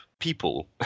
people